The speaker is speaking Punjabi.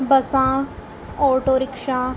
ਬੱਸਾਂ ਓਟੋ ਰਿਕਸ਼ਾ